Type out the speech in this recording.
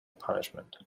punishment